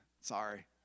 Sorry